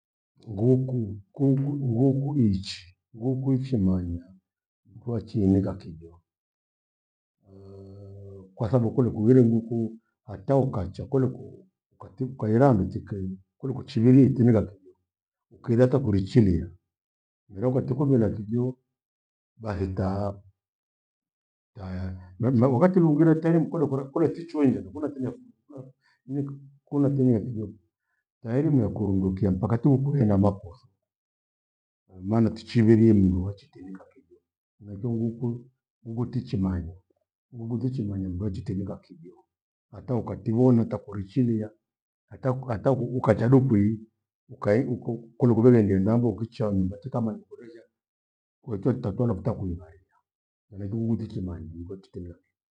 Nguku, kunku- nguku ichi- nguku ichimanya. Nguku achiininga kijo, kwa thababu kole kughire nguku, hata ukacha kole ku- ukatika kwairan tikei kulu kuchihirie itininga kijo, ukiiratakurichiria mera ukatikumbila kijo, bathitaa manjika kughati kwingire tairimo mkodo kura korituchuenja mikuna thinyakwi mi kuna thinyakwio tairima yakurundukia mpaka tikukwee hena makotho. maana tuchiphirie mdu atichinika kijo. Henachio nguku tichimanya, nguku tichimanya mndu achenika kijo. Hata ukatiphona takurichilia ata- atau- ukachadukwii, ukae uku kole kuleghendie ndambo ukichani katikamanya kuria kwatia ntapoa nakutakuimariva henachio nguku tichimanya ningo techiliwaria.